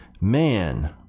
man